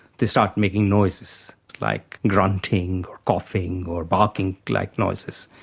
they start making noises like grunting or coughing or barking-like like noises.